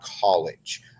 college